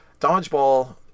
Dodgeball